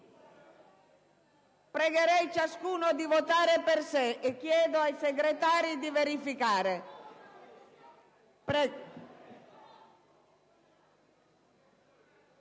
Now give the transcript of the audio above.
Prego ciascuno di votare per sé e chiedo ai senatori Segretari di verificare.